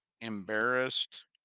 embarrassed